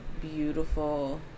beautiful